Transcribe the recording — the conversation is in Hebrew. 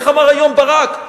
איך אמר היום ברק?